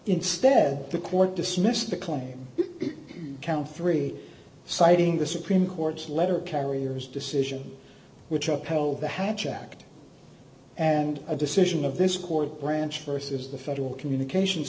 instead the court dismissed the claim count three citing the supreme court's letter carriers decision which up held the hatch act and a decision of this court branch vs the federal communications